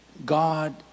God